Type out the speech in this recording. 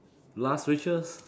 last wishes